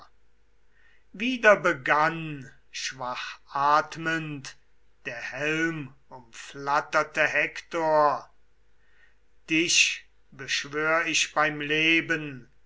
wieder begann schwachatmend der helmumflatterte hektor dich beschwör ich beim leben